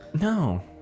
No